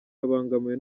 babangamiwe